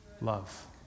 love